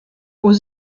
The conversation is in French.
aux